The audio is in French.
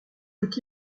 faut